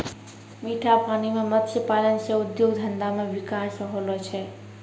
मीठा पानी मे मत्स्य पालन से उद्योग धंधा मे बिकास होलो छै